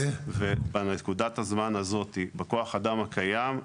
בנקודת הזמן הזאת, בכוח האדם הקיים,